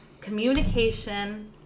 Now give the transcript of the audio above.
communication